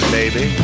baby